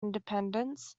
independents